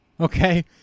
Okay